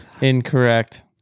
Incorrect